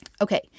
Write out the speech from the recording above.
Okay